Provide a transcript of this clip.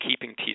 keeping